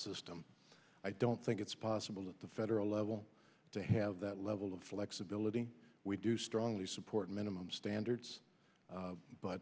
system i don't think it's possible that the federal level to have that level of flexibility we do strongly support minimum standards but